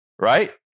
Right